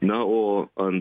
na o ant